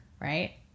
right